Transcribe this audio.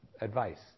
advice